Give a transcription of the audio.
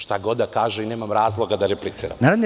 Šta god da kaže i nemam razloga da repliciram.